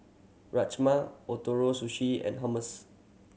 Rajma Ootoro Sushi and Hummus